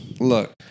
Look